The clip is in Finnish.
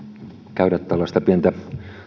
käydä tällaista pientä